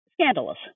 scandalous